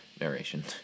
narration